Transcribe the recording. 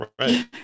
Right